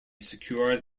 secure